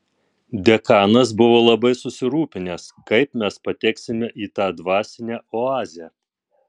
dekanas buvo labai susirūpinęs kaip mes pateksime į tą dvasinę oazę